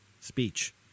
speech